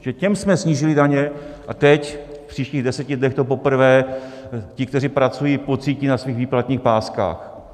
Protože těm jsme snížili daně, a teď v příštích deseti dnech, to poprvé ti, kteří pracují, pocítí na svých výplatních páskách.